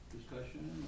Discussion